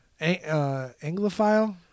Anglophile